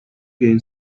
gain